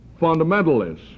fundamentalists